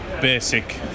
basic